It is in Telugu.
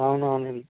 అవును అవునండి